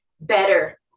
better